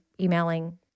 emailing